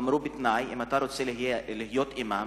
אמרו תנאי: אם אתה רוצה להיות אימאם,